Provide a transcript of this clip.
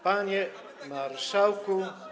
Panie Marszałku!